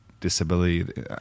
disability